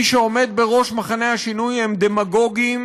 מי שעומד בראש מחנה השינוי זה דמגוגים